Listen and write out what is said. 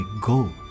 Go